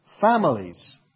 families